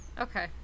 Okay